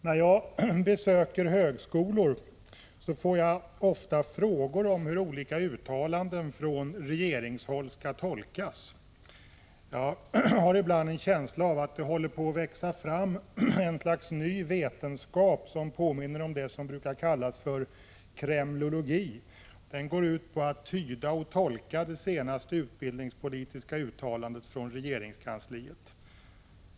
När jag besöker högskolor får jag ofta frågor om hur olika uttalanden från regeringshåll skall tolkas. Jag har ibland en känsla av att det håller på att växa fram ett slags ny vetenskap som påminner om det som brukar kallas ”kremlologi”. Den går ut på att tyda och tolka det senaste utbildningspolitiska uttalandet från regeringskansliet.